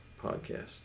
podcast